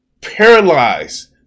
paralyzed